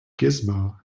gizmo